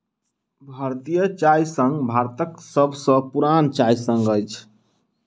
भारतीय चाय संघ भारतक सभ सॅ पुरान चाय संघ अछि